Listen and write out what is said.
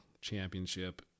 championship